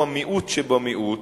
הוא המיעוט שבמיעוט.